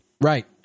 Right